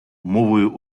мовою